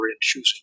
choosing